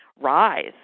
rise